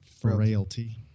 frailty